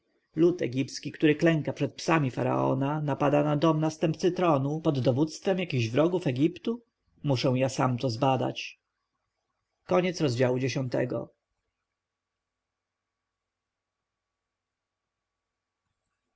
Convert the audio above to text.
który klęka przed psami faraona napada na dom następcy tronu pod dowództwem jakichś wrogów egiptu muszę ja to sam zbadać